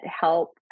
help